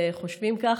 חושבים כך.